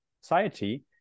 society